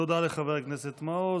תודה לחבר הכנסת מעוז.